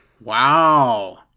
Wow